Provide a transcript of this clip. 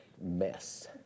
mess